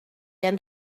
end